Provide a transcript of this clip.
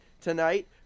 tonight